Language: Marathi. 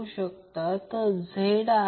तर आता कॉइलचा Q ते 31